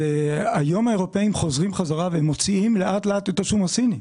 היום האירופאים מוציאים לאט לאט את השום הסיני,